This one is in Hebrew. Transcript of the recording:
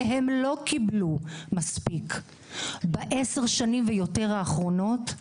והם לא קיבלו מספיק ב-10 שנים ויותר האחרונות,